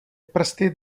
prsty